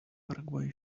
paraguay